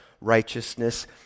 righteousness